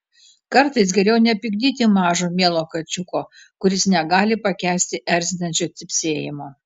kartais geriau nepykdyti mažo mielo kačiuko kuris negali pakęsti erzinančio cypsėjimo